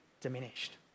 diminished